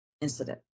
incident